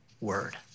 word